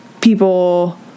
people